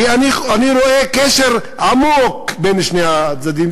כי אני רואה קשר עמוק בין הצדדים.